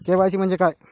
KYC म्हंजे काय?